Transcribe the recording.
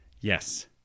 Yes